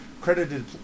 credited